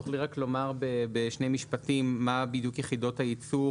תוכלי רק לומר בשני משפטים מהן בדיוק יחידות הייצור